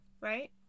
Right